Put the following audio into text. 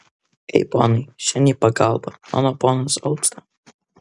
ei ponai šen į pagalbą mano ponas alpsta